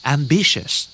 Ambitious